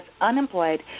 unemployed